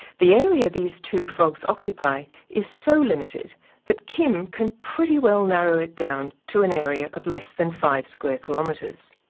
the area these two frogs occupy is so limited that kim can pretty well narrow it down to an area of less than five square kilometres.